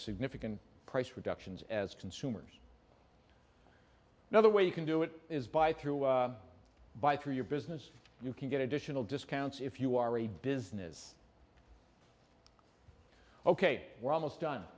significant price reductions as consumers another way you can do it is by through by through your business you can get additional discounts if you are a business ok we're almost done